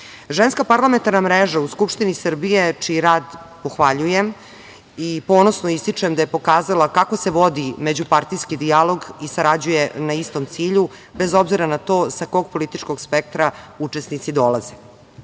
žena. Ženska parlamentarna mreža u Skupštini Srbije čiji rad pohvaljujem i ponosno ističe da je pokazala kako se vodi međupartijski dijalog i sarađuje na istom cilju, bez obzira na to sa kog političkog spektra učesnici dolaze. Novi